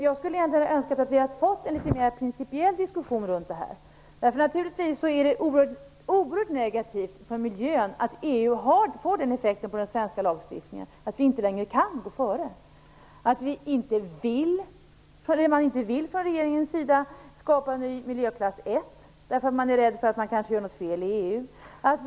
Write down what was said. Jag hade egentligen önskat att vi hade fått en litet mer principiell diskussion runt det här. Det är naturligtvis oerhört negativt för miljön att EU får den effekten på den svenska lagstiftningen att vi inte längre kan gå före, och att man från regeringens sida inte vill skapa en ny miljöklass 1 för att man är rädd att kanske göra något fel ur EU-synpunkt.